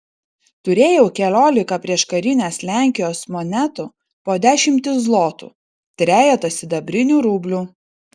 turėjau keliolika prieškarinės lenkijos monetų po dešimtį zlotų trejetą sidabrinių rublių